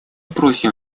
просим